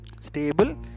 Stable